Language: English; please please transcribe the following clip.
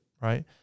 right